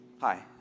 Hi